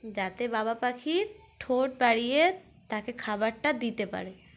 যাতে বাবা পাখি ঠোঁট বাড়িয়ে তাকে খাবারটা দিতে পারে